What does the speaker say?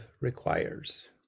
requires